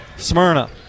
Smyrna